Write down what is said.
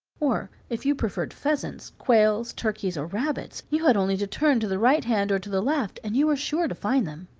or, if you preferred pheasants, quails, turkeys, or rabbits, you had only to turn to the right hand or to the left and you were sure to find them.